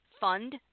fund